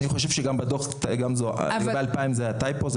אני חושב שגם בדוח גמזו 2,000 ב-2025.